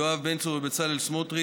יואב בן צור ובצלאל סמוטריץ,